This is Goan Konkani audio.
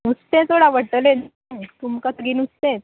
नुस्तें चड आवडटलेंत नू तुमकां तरी नुस्तेंच